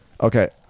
Okay